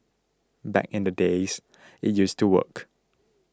back in the days it used to work